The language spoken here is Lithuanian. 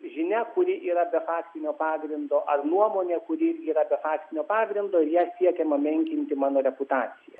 žinia kuri yra be faktinio pagrindo ar nuomonė kuri irgi yra be faktinio pagrindo ja siekiama menkinti mano reputaciją